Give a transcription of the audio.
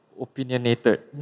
Opinionated